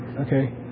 Okay